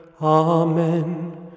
Amen